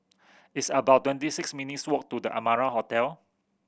it's about twenty six minutes' walk to The Amara Hotel